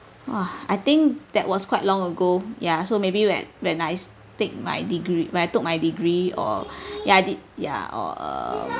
!wah! I think that was quite long ago ya so maybe when when I take my degree when I took my degree or ya de~ or err